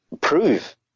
prove